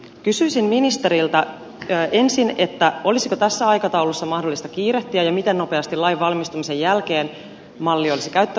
kysyisin ministeriltä ensin olisiko tässä aikataulussa mahdollista kiirehtiä ja miten nopeasti lainvalmistumisen jälkeen malli olisi käyttöön otettavissa